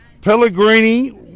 pellegrini